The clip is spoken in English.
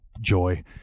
joy